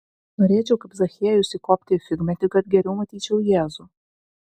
norėčiau kaip zachiejus įkopti į figmedį kad geriau matyčiau jėzų